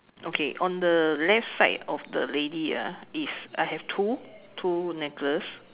okay on the left side of the lady ah is I have two two necklace